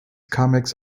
comics